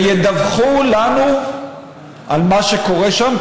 וידווחו לנו על מה שקורה שם.